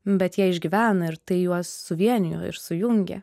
bet jie išgyvena ir tai juos suvienijo ir sujungė